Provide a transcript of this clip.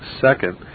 Second